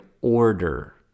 order